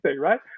right